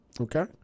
okay